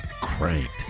Cranked